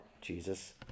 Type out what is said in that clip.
Jesus